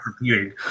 repeating